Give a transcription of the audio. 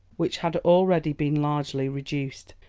which had already been largely reduced,